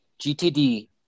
GTD